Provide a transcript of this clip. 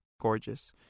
gorgeous